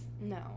No